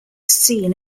scene